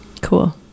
cool